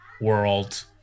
world